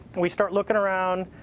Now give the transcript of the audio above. we start looking around.